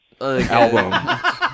album